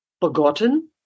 forgotten